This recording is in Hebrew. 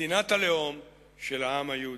מדינת הלאום של העם היהודי.